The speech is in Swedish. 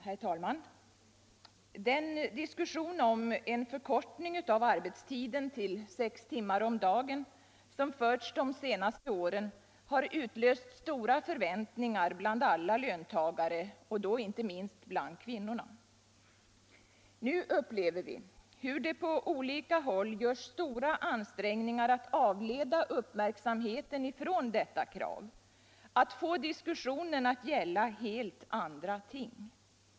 Herr talman! Den diskussion om en förkortning av arbetstiden till sex timmar om dagen som förts de senaste åren har utlöst stora förväntningar hos alla löntagare och då inte minst bland kvinnorna. Nu upplever vi hur det på olika håll görs stora ansträngningar att avleda uppmärksamheten från detta krav, att få diskussionen att gälla helt andra ting.